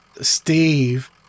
Steve